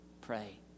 Pray